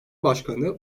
başkanı